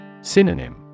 Synonym